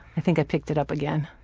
i think i picked it up again.